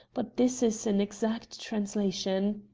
but this is an exact translation.